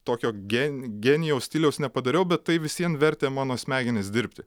tokio gen genijaus stiliaus nepadariau bet tai vis vien vertė mano smegenis dirbti